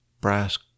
brass